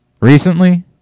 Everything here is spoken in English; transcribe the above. Recently